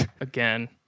Again